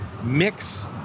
mix